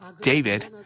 David